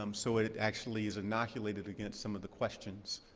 um so it actually is inoculated against some of the questions